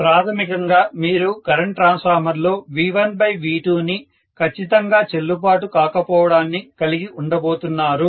ప్రాథమికంగా మీరు current transformer లో V1V2 ని ఖచ్చితంగా చెల్లుబాటు కాకపోవడాన్ని కలిగి ఉండబోతున్నారు